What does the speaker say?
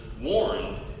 warned